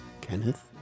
Kenneth